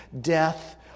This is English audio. death